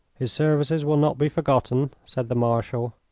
his services will not be forgotten, said the marshal.